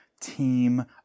Team